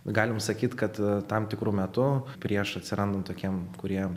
galima sakyti kad tam tikru metu prieš atsirandant tokiem kūrėjams